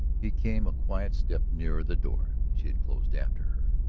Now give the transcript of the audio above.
he came a quiet step nearer the door she had closed after her.